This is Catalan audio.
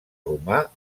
romà